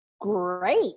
great